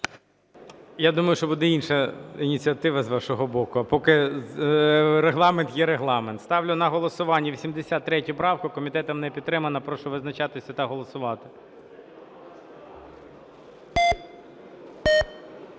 Я думаю, що буде інша ініціатива з вашого боку, а поки регламент є регламент. Ставлю на голосування 83 правку. Комітетом не підтримана. Прошу визначатися та голосувати.